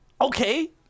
Okay